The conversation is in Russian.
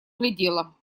глядела